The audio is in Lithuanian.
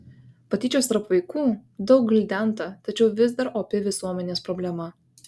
patyčios tarp vaikų daug gvildenta tačiau vis dar opi visuomenės problema